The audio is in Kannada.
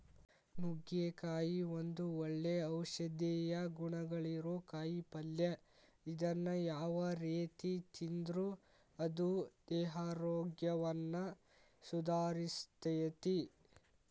ನುಗ್ಗಿಕಾಯಿ ಒಂದು ಒಳ್ಳೆ ಔಷಧೇಯ ಗುಣಗಳಿರೋ ಕಾಯಿಪಲ್ಲೆ ಇದನ್ನ ಯಾವ ರೇತಿ ತಿಂದ್ರು ಅದು ದೇಹಾರೋಗ್ಯವನ್ನ ಸುಧಾರಸ್ತೆತಿ